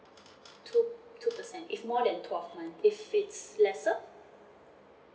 two two percent if more than twelve month if it's lesser